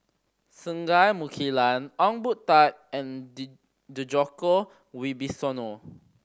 Singai Mukilan Ong Boon Tat and Djoko Wibisono